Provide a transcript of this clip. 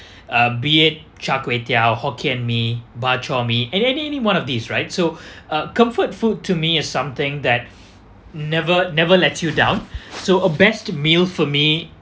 uh be it char kway teow hokkien mee bak chor mee and any any one of these right so uh comfort food to me is something that never never lets you down so a best meal for me